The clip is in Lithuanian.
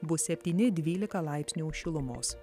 bus septyni dvylika laipsnių šilumos